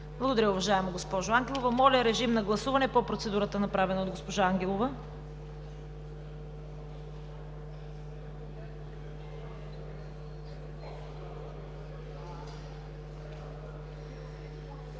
Благодаря, уважаема госпожо Ангелова. Моля, гласувайте процедурата, направена от госпожа Ангелова.